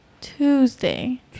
tuesday